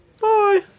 bye